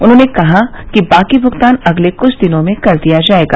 उन्होंने कहा कि बाकी भुगतान अगले कुछ दिनों में कर दिया जायेगा